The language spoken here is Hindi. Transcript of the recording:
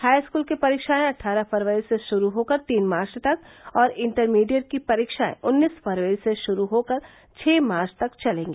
हाईस्कूल की परीक्षायें अट्ठारह फरवरी से ग्रुरू होकर तीन मार्च तक और इण्टरमीडिएट की परीक्षायें उन्नीस फरवरी से शुरू होकर छः मार्च तक चलेंगी